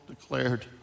declared